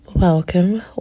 Welcome